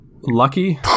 Lucky